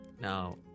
now